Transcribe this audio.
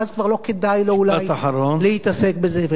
ואז אולי כבר לא כדאי לו להתעסק בזה.